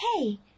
Hey